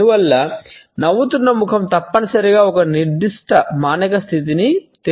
అందువల్ల నవ్వుతున్న ముఖం తప్పనిసరిగా ఒక నిర్దిష్ట మానసిక స్థితిని తెలియజేయదు